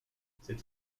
cette